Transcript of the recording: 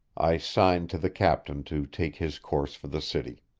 i signed to the captain to take his course for the city.